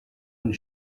and